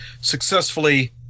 successfully